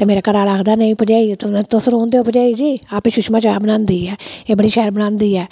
ते मेरे घरे आहला आक्खदा नेईं भरजाई तुस रौह्न देऔ भरजाई जी आपै सुषमा चाह् बनांदी ऐ एह् बड़ी शैल बनांदी ऐ